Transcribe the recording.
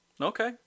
Okay